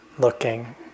looking